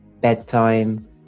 bedtime